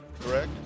correct